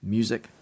music